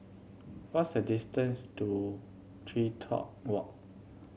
what is the distance to TreeTop Walk